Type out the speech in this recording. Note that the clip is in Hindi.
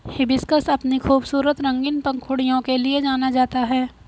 हिबिस्कस अपनी खूबसूरत रंगीन पंखुड़ियों के लिए जाना जाता है